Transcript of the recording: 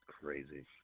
Crazy